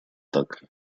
так